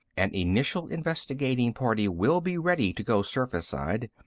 an initial investigating party will be ready to go surface-side.